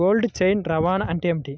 Cold chain రవాణా అంటే ఏమిటీ?